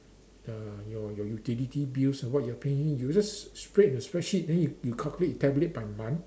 the your your utility bills and what you are paying you just split in the spreadsheet then you you calculate you tabulate by month